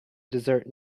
desert